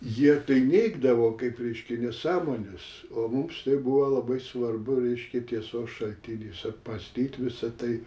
jie tai neigdavo kaip reiškia nesąmones o mums tai buvo labai svarbu reiškia tiesos šaltinis apmąstyt visą tai